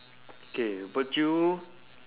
okay would you